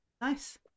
Nice